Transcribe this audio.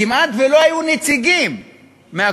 כמעט לא היו נציגים מהקואליציה,